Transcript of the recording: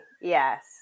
yes